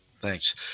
Thanks